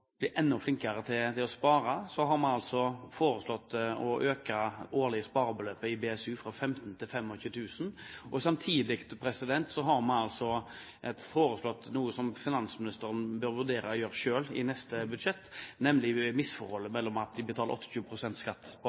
bli enda flinkere til å spare. Vi har foreslått å øke det årlige sparebeløpet i BSU fra 15 000 til 25 000 kr. Samtidig har vi foreslått noe som finansministeren selv bør vurdere å gjøre i neste budsjett, nemlig å korrigere misforholdet mellom at vi betaler 28 pst. skatt på